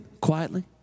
quietly